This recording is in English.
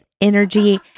energy